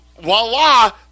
voila